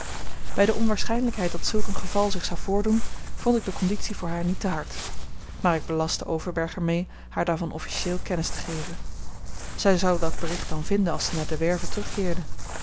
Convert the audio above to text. bij de onwaarschijnlijkheid dat zulk een geval zich zou voordoen vond ik de conditie voor haar niet te hard maar ik belastte overberg er mee haar daarvan officieel kennis te geven zij zou dat bericht dan vinden als zij naar de werve terugkeerde